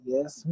Yes